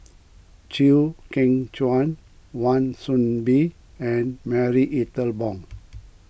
Chew Kheng Chuan Wan Soon Bee and Marie Ethel Bong